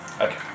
Okay